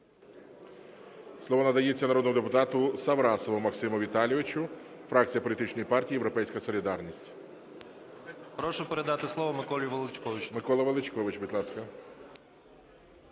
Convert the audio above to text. Слово надається народному депутату Саврасову Максиму Віталійовичу, фракція політичної партії "Європейська солідарність". 11:22:53 САВРАСОВ М.В. Прошу передати слово Миколі Величковичу.